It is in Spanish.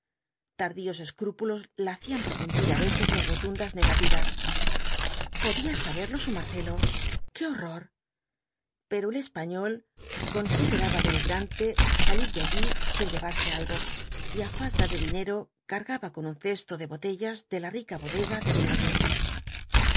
tardíos escrúpulos la hacían prorrumpir á veces en rotundas negativas podía saberlo su maréelo qué horror pero el español consideraba denigrante salir de allí sin llevarse algo y á falta de dinero cargaba con un cesto de botellas de la rica bodega de